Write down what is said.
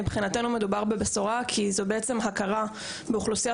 מבחינתנו מדובר בבשורה כי זו הכרה באוכלוסייה